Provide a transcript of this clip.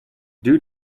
due